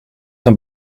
een